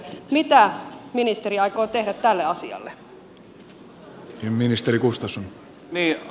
mitä ministeri aikoo tehdä tälle asialle